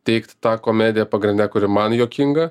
teikt tą komediją pagrinde kuri man juokinga